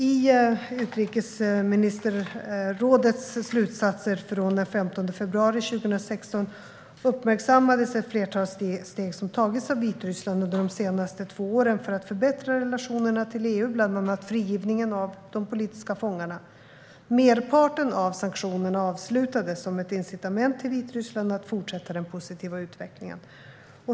I utrikesministerrådets slutsatser från den 15 februari 2016 uppmärksammades ett flertal steg som tagits av Vitryssland under de senaste två åren för att förbättra relationerna till EU, bland annat frigivningen av de politiska fångarna. Merparten av sanktionerna avslutades som ett incitament till Vitryssland att fortsätta den positiva utvecklingen.